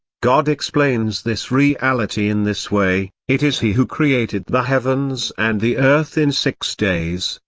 god explains this reality in this way it is he who created the heavens and the earth in six days,